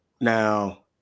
Now